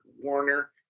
Warner